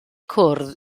cwrdd